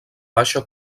baixa